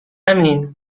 امین